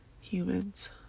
Humans